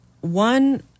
one